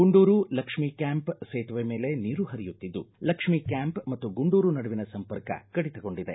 Gunduru Lakshmi camp ಸೇತುವೆ ಮೇಲೆ ನೀರು ಪರಿಯುತ್ತಿದ್ದು ಲಕ್ಷ್ಮೀ ಕ್ಕಾಂಪ್ ಮತ್ತು ಗುಂಡೂರು ನಡುವಿನ ಸಂಪರ್ಕ ಕಡಿತಗೊಂಡಿದೆ